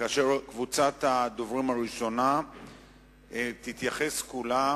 קבוצת הדוברים הראשונה תתייחס כולה